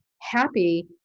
happy